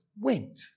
went